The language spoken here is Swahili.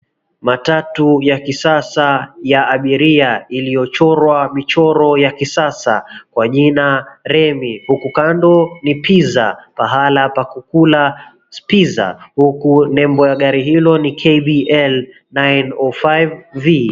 Matatu ya kisasa ya abiria iliyochorwa michoro ya kisasa kwa jina Remi ,huku kando ni pizza pahala pa kukula pizaa huku nembo ya gari hilo ni KBL 905V.